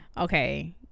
okay